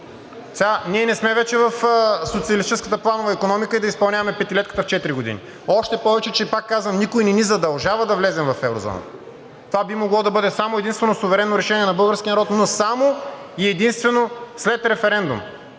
Това би могло да бъде само и единствено суверено решение на българския народ, но само и единствено след референдум